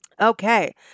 okay